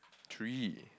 three